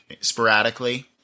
sporadically –